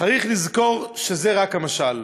צריך לזכור שזה רק המשל.